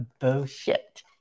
Bullshit